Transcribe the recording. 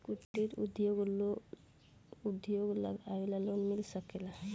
कुटिर उद्योग लगवेला लोन मिल सकेला?